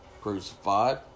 crucified